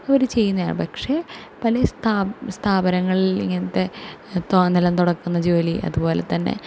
അവർ ചെയ്യുന്നതാണ് പക്ഷെ പലേ സ്ഥാ സ്ഥാപനങ്ങളിൽ ഇങ്ങനത്തെ തോന്നെലം തുടക്കുന്ന ജോലി അതുപോലെതന്നെ